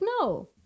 no